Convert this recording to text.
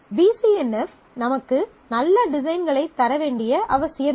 B C N F நமக்கு நல்ல டிசைன்களைத் தர வேண்டிய அவசியமில்லை